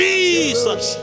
Jesus